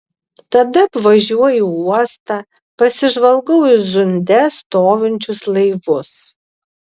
tada apvažiuoju uostą pasižvalgau į zunde stovinčius laivus